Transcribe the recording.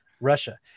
Russia